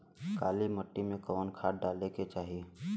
काली मिट्टी में कवन खाद डाले के चाही?